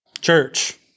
Church